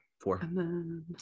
Four